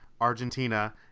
Argentina